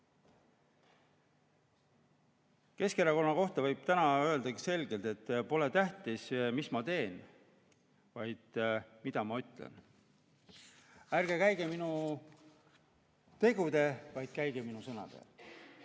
Keskerakonna kohta võib täna öelda selgelt, et pole tähtis, mida ta teeb, vaid mida ta ütleb: ärge käige minu tegude, vaid käige minu sõnade